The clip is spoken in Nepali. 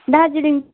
दार्जिलिङ